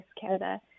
Canada